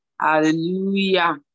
Hallelujah